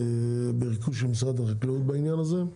בריכוז של משרד החקלאות בעניין הזה,